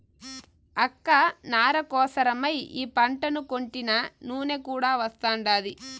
అక్క నార కోసరమై ఈ పంటను కొంటినా నూనె కూడా వస్తాండాది